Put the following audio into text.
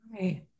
Right